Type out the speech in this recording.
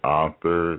author